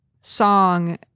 song